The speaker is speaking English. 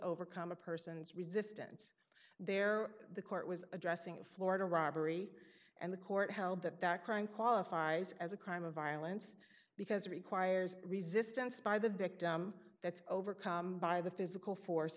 overcome a person's resistance there the court was addressing florida robbery and the court held that that crime qualifies as a crime of violence because it requires resistance by the victim that's overcome by the physical force